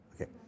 okay